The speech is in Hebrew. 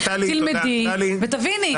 תלמדי ותביני,